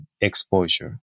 exposure